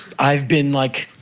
i've been like.